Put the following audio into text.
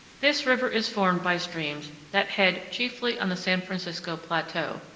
this river is formed by streams that head chiefly on the san francisco plateau,